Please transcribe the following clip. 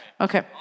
okay